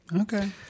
Okay